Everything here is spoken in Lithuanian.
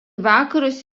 vakarus